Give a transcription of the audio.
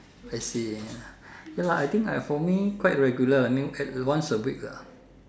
I see ya lah I think for me quite regular uh I think once a week lah